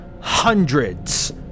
hundreds